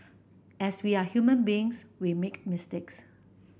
as we are human beings we make mistakes